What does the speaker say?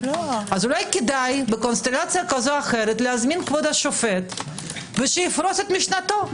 אולי כדאי בקונסטלציה כזו או אחרת להזמין את כבוד השופט ושיפרוס משנתו.